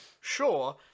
Sure